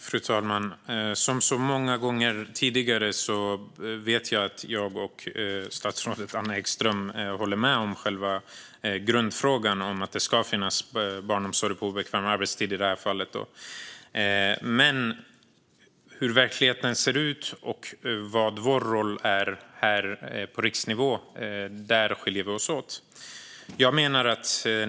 Fru talman! Som så många gånger tidigare vet jag att jag och statsrådet håller med varandra när det gäller själva grundfrågan, i det här fallet att det ska finnas barnomsorg på obekväm arbetstid. Men när det gäller hur verkligheten ser ut och vad vår roll på riksnivå är skiljer vi oss åt.